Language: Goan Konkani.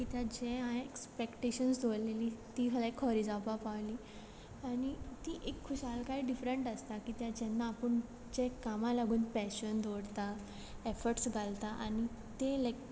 किद्या जें हांयें एक्सपेक्टेशन दवरलेली तीं लायक खोरें जावपा पावलीं आनी ती एक खुशालकाय डिफरंट आसता की ते जेन्ना आपूण जे कामा लागून पॅशन दवरता एफर्ट्स घालता आनी ते लायक